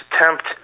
attempt